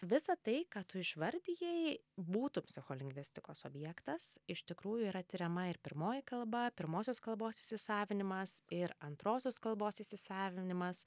visą tai ką tu išvardijai būtų psicholingvistikos objektas iš tikrųjų yra tiriama ir pirmoji kalba pirmosios kalbos įsisavinimas ir antrosios kalbos įsisavinimas